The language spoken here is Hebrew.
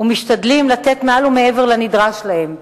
ומשתדלים לתת מעל ומעבר לנדרש מהם.